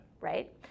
Right